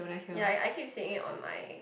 ya I I keep saying on mine